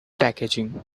packaging